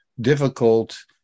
difficult